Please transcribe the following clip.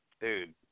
dude